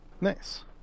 nice